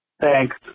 Thanks